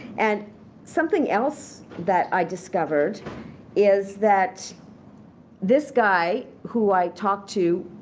and something else that i discovered is that this guy who i talked to,